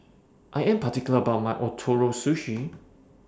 I Am particular about My Ootoro Sushi